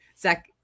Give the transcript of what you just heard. Zach